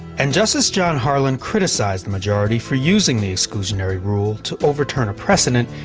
and justice john harlan criticized the majority for using the exclusionary rule to overturn a precedent,